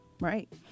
Right